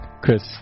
Chris